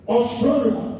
Australia